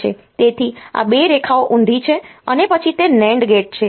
તેથી આ 2 રેખાઓ ઊંધી છે અને પછી તે NAND ગેટ છે